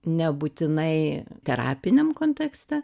nebūtinai terapiniam kontekste